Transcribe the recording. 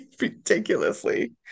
ridiculously